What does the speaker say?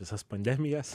visas pandemijas